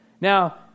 Now